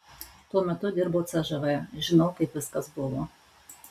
tuo metu dirbau cžv žinau kaip viskas buvo